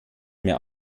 mehr